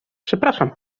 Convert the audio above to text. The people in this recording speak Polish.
przepraszam